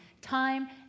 time